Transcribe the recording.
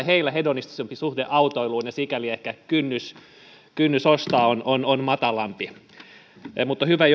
heillä on hedonistisempi suhde autoiluun ja sikäli ehkä kynnys kynnys ostaa on matalampi mutta hyvä